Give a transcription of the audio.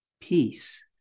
peace